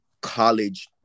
college